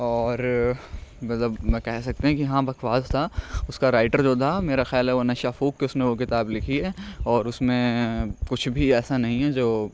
اور مطلب میں کہہ سکتے ہیں کہ ہاں بکواس تھا اس کا رائٹر جو تھا میرا خیال ہے وہ نشہ پھونک کے اس نے وہ کتاب لکھی ہے اور اس میں کچھ بھی ایسا نہیں ہے جو